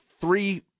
three